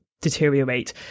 deteriorate